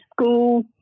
school